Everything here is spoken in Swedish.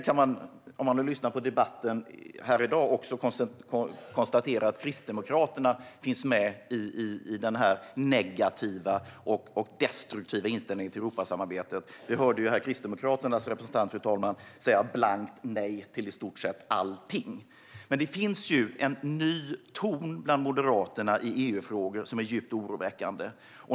Om man lyssnar på debatten här i dag kan man konstatera att också Kristdemokraterna har en negativ och destruktiv inställning till Europasamarbetet. Vi hörde Kristdemokraternas representant, fru talman, säga blankt nej till i stort sett allting. Men det finns en ny ton bland Moderaterna i EU-frågor som är djupt oroväckande.